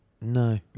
No